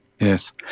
Yes